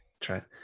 Try